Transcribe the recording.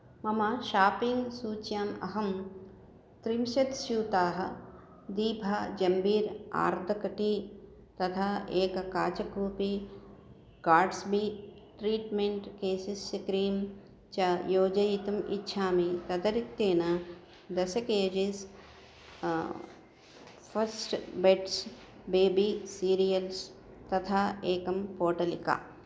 मम शापिङ्ग् सूच्याम् अहं त्रिंशत् स्यूताः दीफ जम्बीर् आर्दकटी तथा एक काचकूपी काट्स् बी ट्रीट्मेण्ट् केशस्य क्रीम् च योजयितुम् इच्छामि तदरिक्तेन दश केजीस् फ़स्ट् बेड्स् बेबी सीरियल्स् तथा एकं पोटलिका